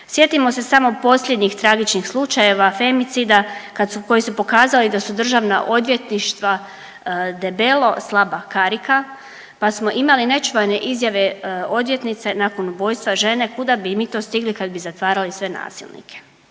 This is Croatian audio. Sjetimo se samo posljednjih tragičnih slučajeva femicida koji su pokazali da su državna odvjetništva debelo slaba karika pa smo imali nečuvene izjave odvjetnice nakon ubojstva žene kuda bi mi to stigli kad bi zatvarali sve nasilnika.